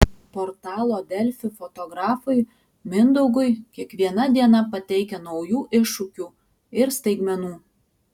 portalo delfi fotografui mindaugui kiekviena diena pateikia naujų iššūkių ir staigmenų